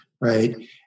right